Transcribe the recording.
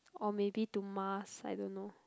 or maybe to mars I don't know